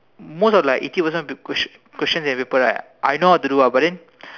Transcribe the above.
most of like eighty percent paper question question in the paper right I know how to do ah but then